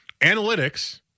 analytics